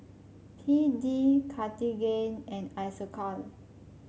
B D Cartigain and Isocal